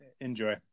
enjoy